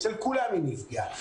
אצל כולם היא נפגעה.